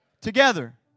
together